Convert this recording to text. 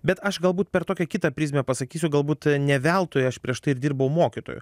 bet aš galbūt per tokią kitą prizmę pasakysiu galbūt ne veltui aš prieš tai ir dirbau mokytoju